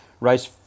Race